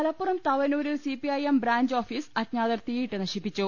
മലപ്പുറം തവനൂരിൽ CPIM branch office അജ്ഞാതർ തീ യിട്ട് നശിപ്പിച്ചു